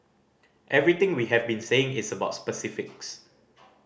everything we have been saying its about specifics